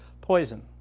poison